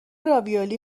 راویولی